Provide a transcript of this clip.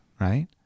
right